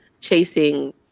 chasing